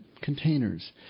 containers